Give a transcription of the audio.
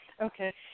Okay